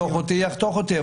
אם יחתוך אותי, יחתוך אותי.